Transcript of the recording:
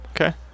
Okay